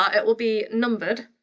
ah it will be numbered,